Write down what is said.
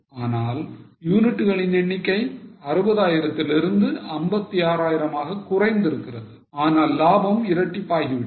ஆனால் யூனிட்களின் எண்ணிக்கை 60000 லிருந்து 56000 மாக குறைந்திருக்கிறது ஆனால் லாபம் இரட்டிப்பாகிவிட்டது